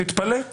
תתפלא.